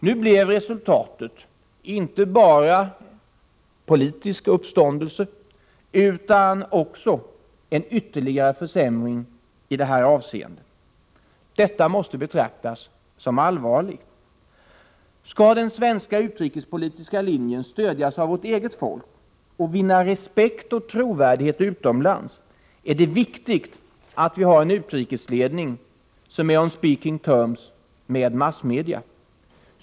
Nu blev resultatet inte bara politisk uppståndelse, utan också en ytterligare försämring av kontakterna. Det måste betraktas som allvarligt. Skall den svenska utrikespolitiska linjen stödjas av vårt eget folk och vinna respekt och trovärdighet utomlands är det viktigt att vi har en utrikesledning som är on speaking terms med massmedia.